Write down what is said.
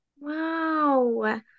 Wow